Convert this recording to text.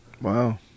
Wow